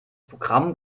programm